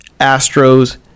Astros